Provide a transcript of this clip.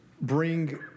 bring